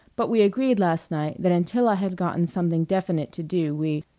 but we agreed last night that until i had gotten something definite to do we